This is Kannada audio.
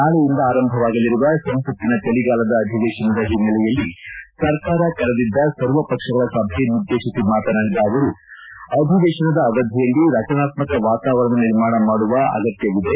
ನಾಳೆಯಿಂದ ಆರಂಭವಾಗಲಿರುವ ಸಂಸತಿನ ಚಳಿಗಾಲದ ಅಧಿವೇಶನದ ಹಿನೈಲೆಯಲ್ಲಿ ಸರ್ಕಾರ ಕರೆದಿದ್ದ ಸರ್ವ ಪಕ್ಷಗಳ ಸಭೆಯನ್ನುದ್ರೇತಿಸಿ ಮಾತನಾಡಿದ ಮೋದಿ ಅವರು ಅಧಿವೇಶನದ ಅವಧಿಯಲ್ಲಿ ರಚನಾತ್ಮಕ ವಾತಾವರಣ ನಿರ್ಮಾಣ ಮಾಡುವ ಅಗತ್ತವಿದೆ